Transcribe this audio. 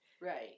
Right